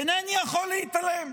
אינני יכול להתעלם.